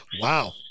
Wow